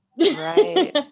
Right